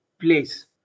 place